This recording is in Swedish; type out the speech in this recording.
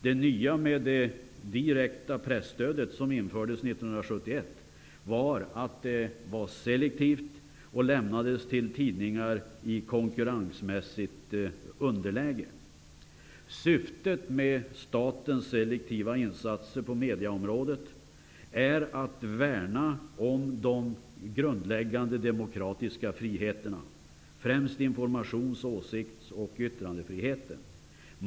Det nya med det direkta presstödet, som infördes 1971, var att det var selektivt och att det gavs till tidningar som befann sig i ett konkurrensmässigt underläge. Syftet med statens selektiva insatser på medieområdet är att värna de grundläggande demokratiska friheterna, främst informations-, åsikts och yttrandefriheten.